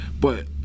but-